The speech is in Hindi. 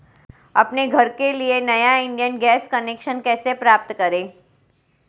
अपने घर के लिए नया इंडियन गैस कनेक्शन कैसे प्राप्त करें?